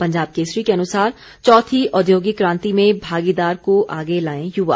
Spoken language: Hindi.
पंजाब केसरी के अनुसार चौथी औद्योगिक कांति में भागीदारी को आगे लाएं युवा